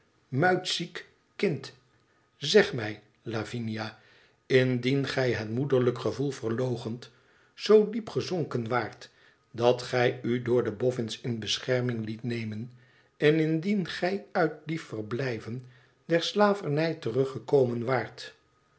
muitziek kind i zeg mij lavinia indien gij het moederlijk gevoel verloochenend zoo diep gezonken waart dat gij u door de bofns in bescherming liet nemen en indien gij uit die verblijven der slavernij teruggekomen waart